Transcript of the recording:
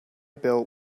built